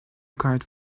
kite